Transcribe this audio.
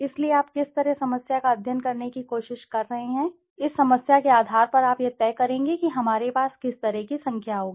इसलिए आप किस समस्या का अध्ययन करने की कोशिश कर रहे हैं इसलिए इस समस्या के आधार पर आप यह तय करेंगे कि हमारे पास किस तरह की संख्या होगी